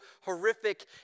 horrific